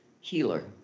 Healer